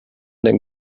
den